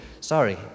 sorry